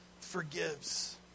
forgives